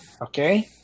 okay